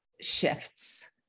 shifts